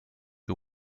who